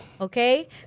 Okay